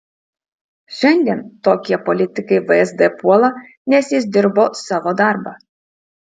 šiandien tokie politikai vsd puola nes jis dirbo savo darbą